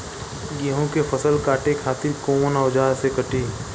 गेहूं के फसल काटे खातिर कोवन औजार से कटी?